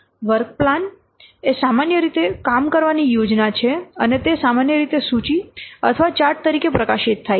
work plan એ સામાન્ય રીતે કામ કરવાની યોજના છે અને તે સામાન્ય રીતે સૂચિ અથવા ચાર્ટ તરીકે પ્રકાશિત થાય છે